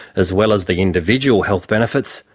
as well as the individual health benefits,